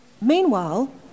Meanwhile